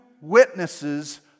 witnesses